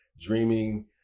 Dreaming